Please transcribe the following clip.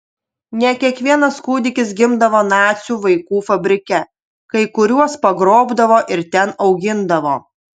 ne kiekvienas kūdikis gimdavo nacių vaikų fabrike kai kuriuos pagrobdavo ir ten augindavo